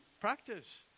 practice